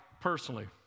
personally